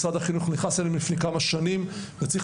משרד החינוך נכנס אליהם לפני כמה שנים וצריך